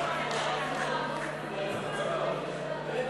נושאי המשרה